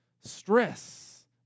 stress